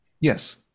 yes